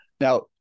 Now